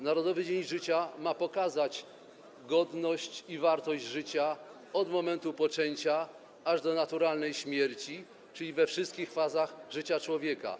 Narodowy Dzień Życia ma pokazać godność i wartość życia od momentu poczęcia aż do naturalnej śmierci, czyli we wszystkich fazach życia człowieka.